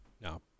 no